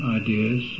ideas